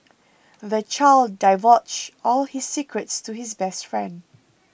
the child divulged all his secrets to his best friend